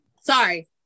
Sorry